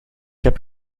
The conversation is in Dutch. heb